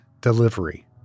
delivery